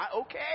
okay